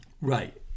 Right